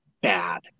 bad